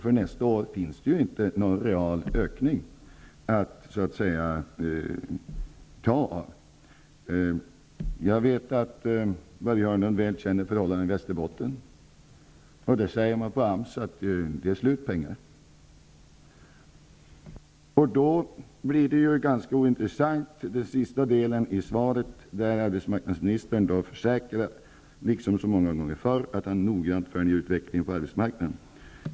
För nästa år finns det inte någon real ökning att ta från. Jag vet att Börje Hörnlund väl känner förhållan dena i Västerbotten. AMS säger att pengarna där är slut. Den sista delen i svaret blir ganska ointressant. Ar betsmarknadsministern försäkrar, liksom så många gånger förr, att han noggrant följer utveck lingen på arbetsmarknaden.